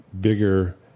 bigger